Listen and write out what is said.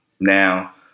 Now